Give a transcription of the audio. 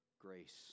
grace